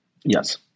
Yes